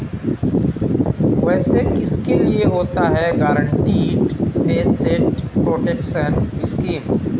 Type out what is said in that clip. वैसे किसके लिए होता है गारंटीड एसेट प्रोटेक्शन स्कीम?